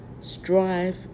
strive